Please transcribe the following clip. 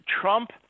Trump –